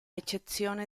eccezione